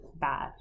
bad